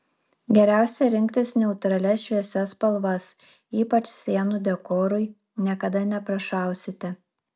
geriausia rinktis neutralias šviesias spalvas ypač sienų dekorui niekada neprašausite